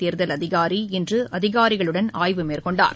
தேர்தல் அதிகாரி இன்று அதிகாரிகளுடன் ஆய்வு மேற்கொண்டார்